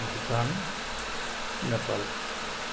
Bhutan Nepal